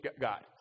God